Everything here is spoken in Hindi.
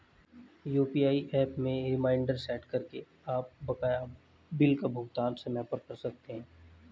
यू.पी.आई एप में रिमाइंडर सेट करके आप बकाया बिल का भुगतान समय पर कर सकते हैं